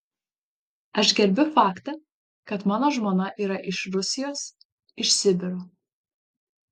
aš gerbiu faktą kad mano žmona yra iš rusijos iš sibiro